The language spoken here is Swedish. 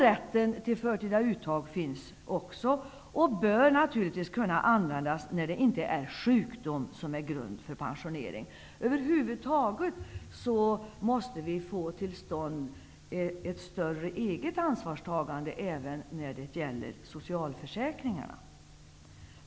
Rätten till förtida uttag finns och bör naturligtvis kunna användas, när sjukdom inte är grunden för pensionering. Över huvud taget måste vi få till stånd ett större eget ansvarstagande även när det gäller socialförsäkringarna.